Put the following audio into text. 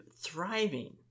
thriving